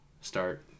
start